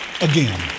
again